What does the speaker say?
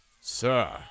Sir